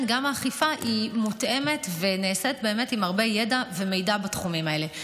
גם האכיפה מותאמת ונעשית באמת עם הרבה ידע ומידע בתחומים האלה,